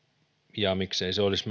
ja miksei se auto olisi